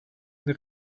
une